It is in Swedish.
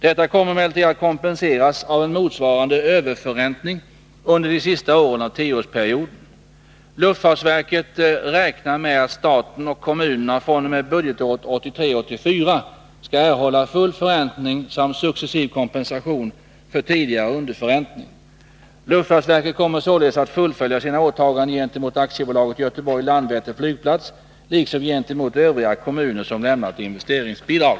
Detta kommer emellertid att kompenseras av en motsvarande överförräntning under de senaste åren av tioårsperioden. Luftfartsverket räknar med att staten och kommunerna fr.o.m. budgetåret 1983/84 skall erhålla full förräntning samt successiv kompensation för tidigare underförräntning. Luftfartsverket kommer således att fullfölja sina åtaganden gentemot AB Göteborg-Landvetter Flygplats, liksom gentemot övriga kommuner som lämnat investeringsbidrag.